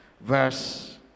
Verse